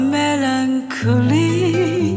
melancholy